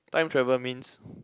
time travel means